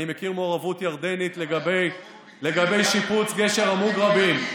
אני מכיר מעורבות ירדנית לגבי שיפוץ גשר המוגרבים,